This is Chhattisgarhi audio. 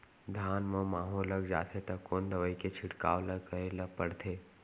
धान म माहो लग जाथे त कोन दवई के छिड़काव ल करे ल पड़थे?